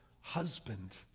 husband